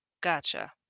Gotcha